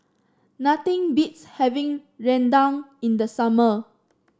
nothing beats having rendang in the summer